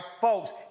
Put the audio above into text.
folks